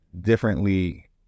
differently